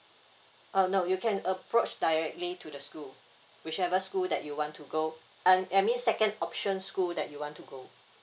uh no you can approach directly to the school whichever school that you want to go and I mean second option school that you want to go